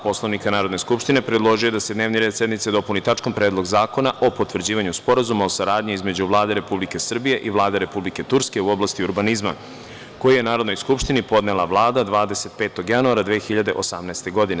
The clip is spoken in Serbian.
Poslovnika Narodne skupštine, predložio je da se dnevni red sednice dopuni tačkom – Predlog zakona o potvrđivanju Sporazuma o saradnji između Vlade Republike Srbije i Vlade Republike Turske u oblasti urbanizma, koji je Narodnoj skupštini podnela Vlada, 25. januara 2018. godine.